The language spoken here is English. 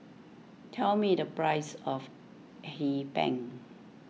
tell me the price of Hee Pan